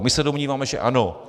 My se domníváme, že ano.